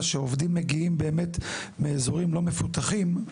שהעובדים מגיעים באמת מאזורים לא מפותחים.